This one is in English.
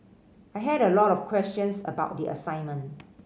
I had a lot of questions about the assignment